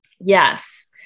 Yes